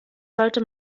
sollte